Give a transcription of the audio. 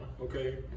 Okay